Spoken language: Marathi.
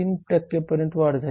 0 पर्यंत वाढली आहे